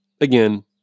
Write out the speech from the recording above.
again